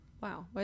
Wow